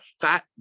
fat